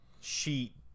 sheet